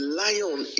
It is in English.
lion